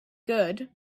good